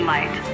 Light